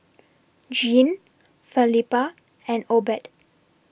Gene Felipa and Obed